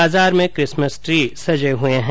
बाजार में Christmas tree सजे हुए हैं